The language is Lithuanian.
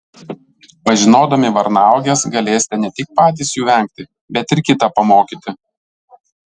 pažinodami varnauoges galėsite ne tik patys jų vengti bet ir kitą pamokyti